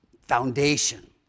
foundation